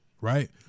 right